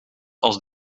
als